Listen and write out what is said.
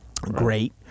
great